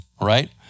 right